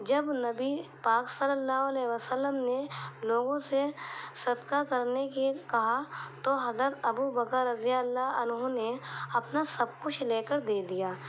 جب نبی پاک صلی اللہ علیہ وسلم نے لوگوں سے صدقہ کرنے کے کہا تو حضرت ابوبکر رضی اللہ عنہ نے اپنا سب کچھ لے کر دے دیا